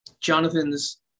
Jonathan's